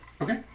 Okay